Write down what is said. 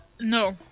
no